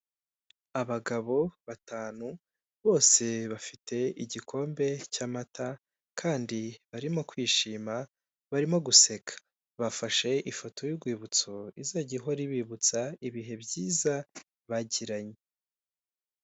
Abagabo batanu bose bafite igikombe cy'amata kandi barimo kwishima barimo guseka, bafashe ifoto y'urwibutso izajya ihora ibibutsa ibihe byiza bagiranye.